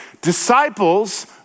Disciples